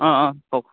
অঁ অঁ কওক